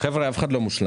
חבר'ה, אף אחד לא מושלם.